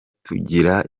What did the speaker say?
tugira